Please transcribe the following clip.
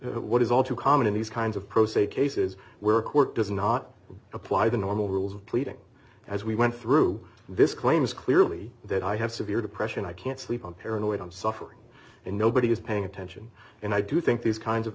that what is all too common in these kinds of pro se cases where a court does not apply the normal rules of pleading as we went through this claim is clearly that i have severe depression i can't sleep i'm paranoid i'm suffering and nobody is paying attention and i do think these kinds of